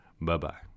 bye-bye